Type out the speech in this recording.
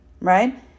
right